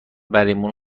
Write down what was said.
بریمون